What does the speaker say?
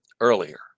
earlier